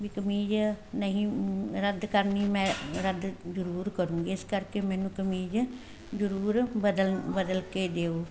ਵੀ ਕਮੀਜ਼ ਨਹੀਂ ਰੱਦ ਕਰਨੀ ਮੈਂ ਰੱਦ ਜ਼ਰੂਰ ਕਰੂੰਗੀ ਇਸ ਕਰਕੇ ਮੈਨੂੰ ਕਮੀਜ਼ ਜ਼ਰੂਰ ਬਦਲ ਬਦਲ ਕੇ ਦਿਓ